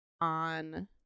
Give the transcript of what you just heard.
on